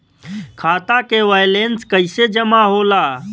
खाता के वैंलेस कइसे जमा होला?